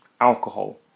alcohol